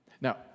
Now